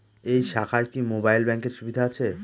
এই শাখায় কি মোবাইল ব্যাঙ্কের সুবিধা আছে?